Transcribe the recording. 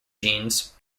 genes